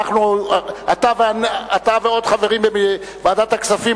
אתה ועוד חברים בוועדת הכספים,